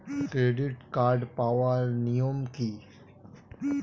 Credit card পাওয়ার নিয়ম কী?